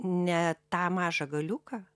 ne tą mažą galiuką